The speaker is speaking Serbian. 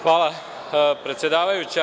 Hvala predsedavajuća.